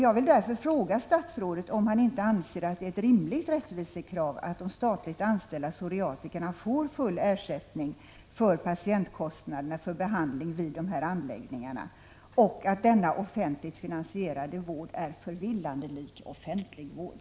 Jag vill därför fråga statsrådet om han inte anser att det är ett rimligt rättvisekrav att de statligt anställda psoriatikerna får full ersättning för patientkostnaderna för behandling vid förbundets anläggningar och om han inte anser att denna offentligt finansierade vård är förvillande lik offentlig vård.